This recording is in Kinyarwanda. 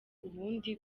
ubundi